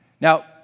Now